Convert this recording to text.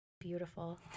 beautiful